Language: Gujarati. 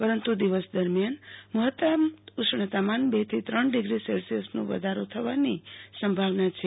પરંતુ દિવસ દરમ્યાન મહત્તમ ઉષ્ણતામાન બેથી ત્રણ ડિગ્રી સેલ્સીયસનો વધારો થવાની સંભાવના છે